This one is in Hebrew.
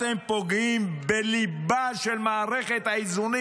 אתם פוגעים בליבה של מערכת האיזונים